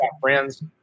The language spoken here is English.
friends